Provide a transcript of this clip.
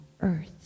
earth